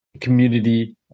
community